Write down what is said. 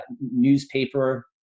newspaper